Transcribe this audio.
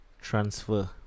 transfer